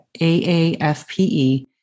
AAFPE